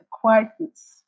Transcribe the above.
quietness